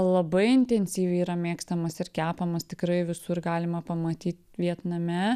labai intensyviai yra mėgstamas ir kepamas tikrai visur galima pamatyt vietname